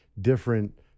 different